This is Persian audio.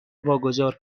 واگذار